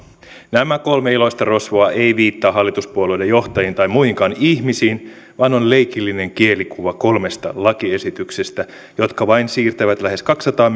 nämä kolme iloista rosvoa eivät viittaa hallituspuolueiden johtajiin tai muihinkaan ihmisiin vaan ovat leikillinen kielikuva kolmesta lakiesityksestä jotka vain siirtävät lähes kaksisataa